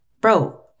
bro